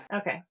Okay